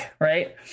Right